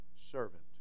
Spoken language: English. servant